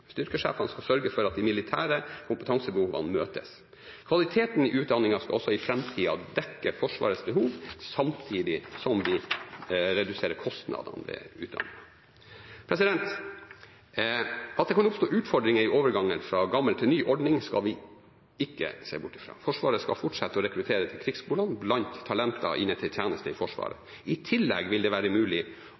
styrkesjefene skal være representert i styret. Styrkesjefene skal sørge for at de militære kompetansebehovene møtes. Kvaliteten i utdanningen skal også i framtida dekke Forsvarets behov, samtidig som man reduserer kostnadene med utdanningen. At det kan oppstå utfordringer i overgangen fra gammel til ny ordning, skal vi ikke se bort ifra. Forsvaret skal fortsette med å rekruttere til krigsskolene blant talent som er inne til tjeneste i Forsvaret. I tillegg vil det være mulig